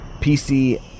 PC